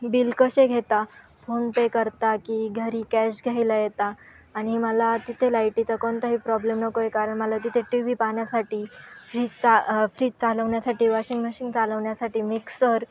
bill कसे घेता PhonePe करता की घरी कॅश घ्यायला येता आणि मला तिथे लाईटीचा कोणताही प्रॉब्लेम नको आहे कारण मला तिथे टी व्ही पाहण्यासाठी फ्रीजचा फ्रीज चालवण्यासाठी वॉशिंग मशीन चालवण्यासाठी मिक्सर